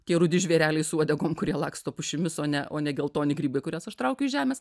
tie rudi žvėreliai su uodegom kurie laksto pušimis o ne o ne geltoni grybai kurias aš traukiu iš žemės